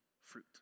fruit